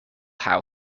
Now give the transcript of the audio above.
how